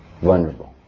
vulnerable